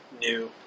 new